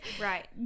right